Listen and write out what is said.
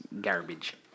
garbage